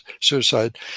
suicide